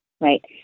right